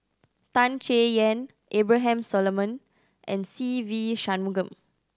Tan Chay Yan Abraham Solomon and Se Ve Shanmugam